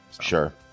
Sure